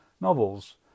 novels